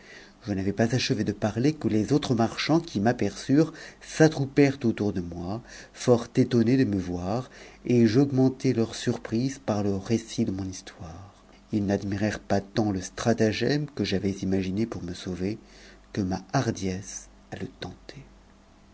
je n'avais achevé de parler que les autres marchands qui m'aperçurent s'attro pèrent autour de moi fort étonnés de me voir et j'augmentai leur suri prise par le récit de mon histoire ils n'admirèrent pas tant le stratasem que j'avais imaginé pour me sauver que ma hardiesse à le